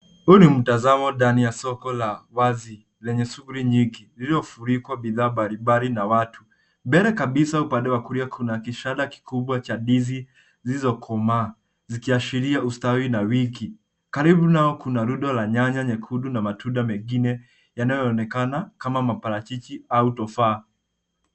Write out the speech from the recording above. Huu ni mtazamo ndani ya soko Ia wazi lenye shughuli nyingi iliyo furikwa bidhaa mbali mbali na watu. Mbele kabisa upande wa kulia kuna kishada kikubwa cha ndizi zilizo komaa zikiashiria ustawi na wingi. Karibu nayo kuna rundo la nyanya nyekundu na matunda mengine yanayo onekana kama maparachichi ama tufaha.